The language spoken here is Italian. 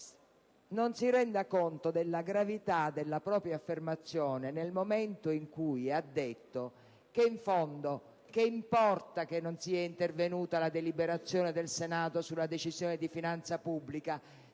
non si renda conto della gravità della propria affermazione nel momento in cui ha dichiarato: in fondo non importa che non sia intervenuta la deliberazione del Senato sulla Decisione di finanza pubblica,